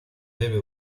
debe